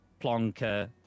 plonker